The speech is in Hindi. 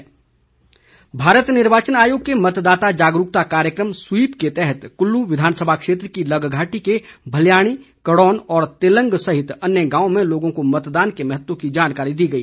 स्वीप कार्यक्रम भारत निर्वाचन आयोग के मतदाता जागरूकता कार्यक्रम स्वीप के तहत कुल्लू विधानसभा क्षेत्र की लगघाटी के भल्याणी कड़ौन और तेलंग सहित अन्य गांवों में लोगों को मतदान के महत्व की जानकारी दी गई